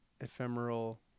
ephemeral